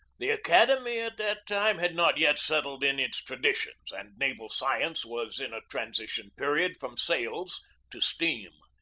the academy at that time had not yet settled in its traditions, and naval science was in a transition period from sails to steam.